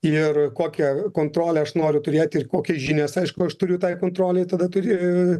ir kokią kontrolę aš noriu turėti ir kokias žinias aišku aš turiu tai kontrolei tada turi